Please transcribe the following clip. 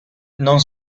non